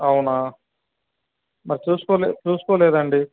అవునా మరి చూసుకోలే చూసుకోలేదండి